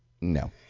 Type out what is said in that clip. No